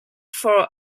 for